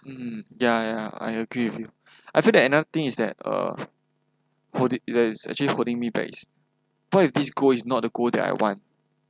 mm ya ya I agree with you I feel that another thing is that uh hold it that's actually holding me back is point is this goal is not the goal that I want